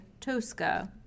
Tosca